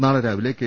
നാളെ രാവിലെ കെ